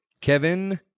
Kevin